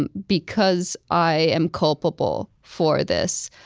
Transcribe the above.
and because i am culpable for this,